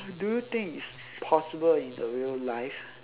do you think it's possible in the real life